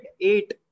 eight